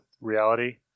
reality